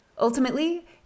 Ultimately